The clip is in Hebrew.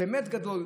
באמת גדול,